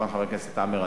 חבר הכנסת עמאר,